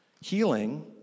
Healing